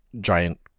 giant